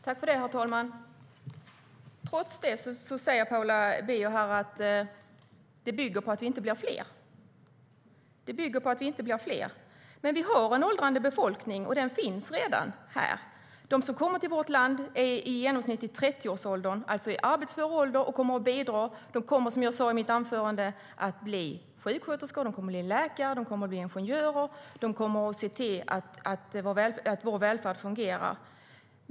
STYLEREF Kantrubrik \* MERGEFORMAT Integration och jämställdhetDe som kommer till vårt land är i genomsnitt i 30-årsåldern, alltså i arbetsför ålder, och kommer att bidra. Som jag sa i mitt anförande kommer de att bli sjuksköterskor, läkare och ingenjörer. De kommer att se till att vår välfärd fungerar.